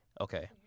Okay